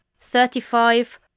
thirty-five